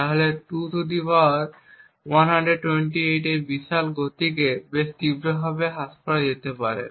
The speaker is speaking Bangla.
তাহলে 2 পাওয়ার 128 এর এই বিশাল গতিকে বেশ তীব্রভাবে হ্রাস করা যেতে পারে